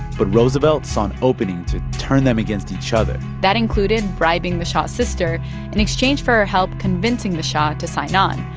but roosevelt saw an opening to turn them against each other that included bribing the shah's sister in exchange for her help convincing the shah to sign on.